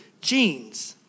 genes